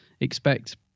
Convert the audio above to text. expect